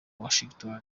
washington